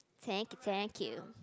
thank you thank you